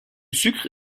sucre